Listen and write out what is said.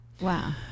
Wow